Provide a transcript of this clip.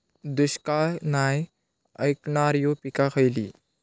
दुष्काळाक नाय ऐकणार्यो पीका खयली?